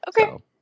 Okay